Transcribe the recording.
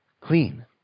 Clean